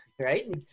right